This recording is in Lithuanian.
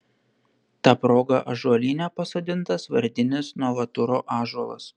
ta proga ąžuolyne pasodintas vardinis novaturo ąžuolas